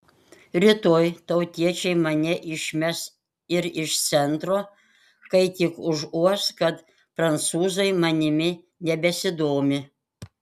rytoj tautiečiai mane išmes ir iš centro kai tik užuos kad prancūzai manimi nebesidomi